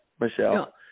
Michelle